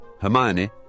Hermione